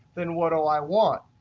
then what ah i want?